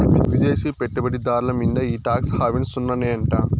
విదేశీ పెట్టుబడి దార్ల మీంద ఈ టాక్స్ హావెన్ సున్ననే అంట